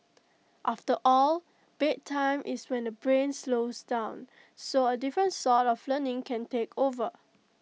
after all bedtime is when the brain slows down so A different sort of learning can take over